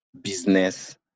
business